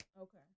Okay